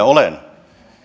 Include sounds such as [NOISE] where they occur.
[UNINTELLIGIBLE] olen